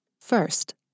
First